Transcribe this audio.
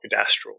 cadastral